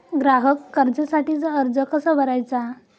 ग्राहक कर्जासाठीचा अर्ज कसा भरायचा?